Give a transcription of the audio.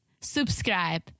subscribe